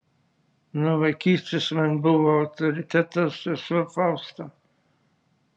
nuo vaikystės man buvo autoritetas sesuo fausta